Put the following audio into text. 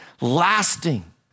lasting